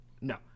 No